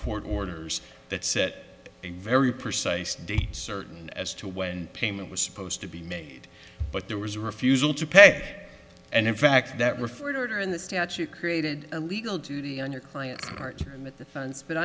court orders that set a very precise date certain as to when payment was supposed to be made but there was a refusal to pay and in fact that referred order in the statute created a legal duty on your client part that the